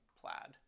plaid